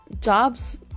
jobs